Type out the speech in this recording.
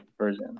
version